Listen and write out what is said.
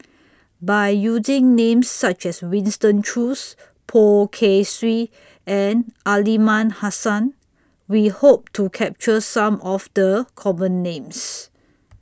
By using Names such as Winston Choos Poh Kay Swee and Aliman Hassan We Hope to capture Some of The Common Names